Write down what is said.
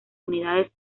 unidades